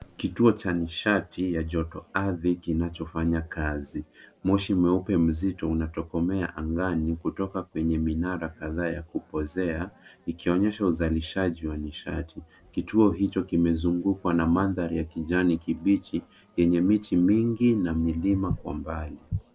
Kituo cha nishati ya joto ardhi kinachofanya kazi. Moshi mweupe mzito unatokomea angani kutoka kwenye minara kadhaa ya kupozea ikionyesha uzalishaji wa nishati. Kituo hicho kimezungukwa na mandhari ya kijani kibichi yenye miti mingi na milima kwa mbali.